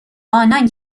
آنان